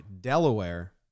Delaware